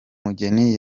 mugeni